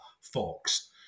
Fox